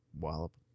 wallop